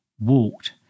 walked